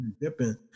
dipping